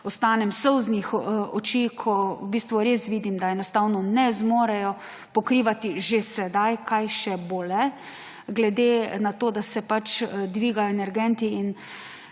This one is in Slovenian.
ostanem solznih oči, ko v bistvu res vidim, da enostavno ne zmorejo pokrivati že sedaj, kaj še bo, glede na to, da se dvigajo energenti, in